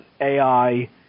AI